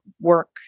work